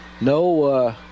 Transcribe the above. no